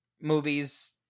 movies